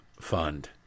Fund